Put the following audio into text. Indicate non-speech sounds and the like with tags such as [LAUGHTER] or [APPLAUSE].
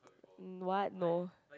[NOISE] what no